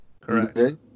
Correct